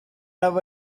our